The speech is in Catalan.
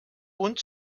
punt